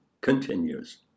continues